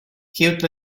cute